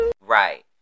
Right